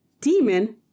demon